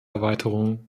erweiterung